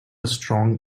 strong